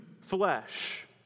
flesh